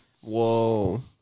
Whoa